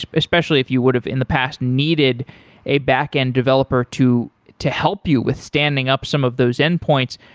especially if you would have in the past needed a back-end developer to to help you with standing up some of those end points.